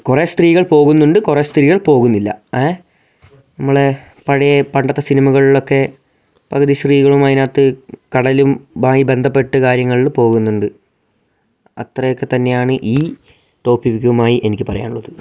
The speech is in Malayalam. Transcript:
കുറെ സ്ത്രീകൾ പോകുന്നുണ്ട് കുറെ സ്ത്രീകൾ പോകുന്നില്ല ഏ നമ്മളുടെ പഴയ പണ്ടത്തേ സിനിമകളിലൊക്കെ പകുതി സ്ത്രീകളും അതിനകത്ത് കടലും മായി ബന്ധപ്പെട്ട് കാര്യങ്ങൾക്ക് പോകുന്നുണ്ട് അത്രയും ഒക്കെ തന്നെയാണ് ഈ ടോപ്പിക്കുമായി എനിക്ക് പറയാനുള്ളത്